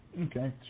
okay